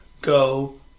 Go